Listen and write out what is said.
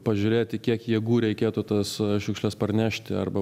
pažiūrėti kiek jėgų reikėtų tas šiukšles parnešti arba